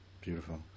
Beautiful